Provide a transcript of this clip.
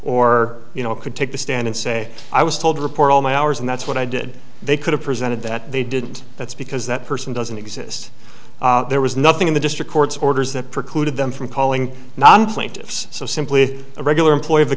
or you know could take the stand and say i was told to report all my hours and that's what i did they could have presented that they didn't that's because that person doesn't exist there was nothing in the district court's orders that preclude them from calling non plaintiffs simply a regular employee